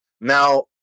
now